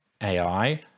AI